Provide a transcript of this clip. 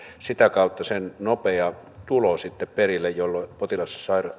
sitä kautta sen nopea tulo sitten perille jolloin potilas